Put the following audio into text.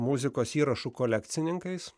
muzikos įrašų kolekcininkais